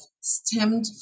stemmed